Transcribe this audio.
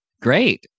Great